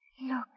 Look